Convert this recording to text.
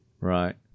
Right